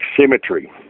Symmetry